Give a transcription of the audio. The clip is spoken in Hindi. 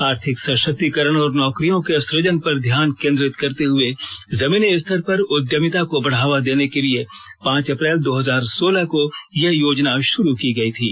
आर्थिक सशक्तिकरण और नौकरियों के सुजन पर ध्यान केन्द्रीत करते हुए जमीनी स्तर पर उद्यमिता को बढ़ावा देने के लिए पांच अप्रैल दो हजार सोलह को यह योजना शुरू की गई थी